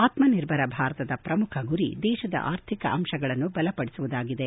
ಆತ್ಮ ನಿರ್ಭರ ಭಾರತದ ಪ್ರಮುಖ ಗುರಿ ದೇಶದ ಆರ್ಥಿಕ ಅಂಶಗಳನ್ನು ಬಲಪಡಿಸುವುದಾಗಿದೆ